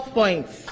points